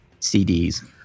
CDs